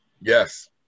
Yes